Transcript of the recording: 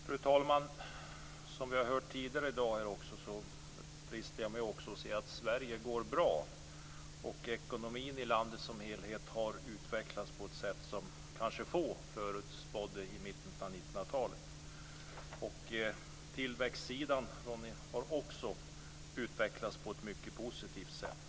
Fru talman! Som vi hört tidigare i dag, och som jag instämmer i, går Sverige bra. Ekonomin i landet som helhet har utvecklats på ett sätt som kanske få förutspådde i mitten av 1990-talet. Tillväxtsidan har också utvecklats på ett mycket positivt sätt.